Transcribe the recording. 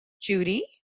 Judy